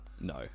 No